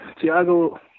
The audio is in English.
Tiago